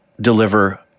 deliver